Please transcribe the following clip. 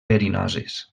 verinoses